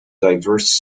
diverse